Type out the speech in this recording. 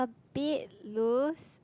bit loose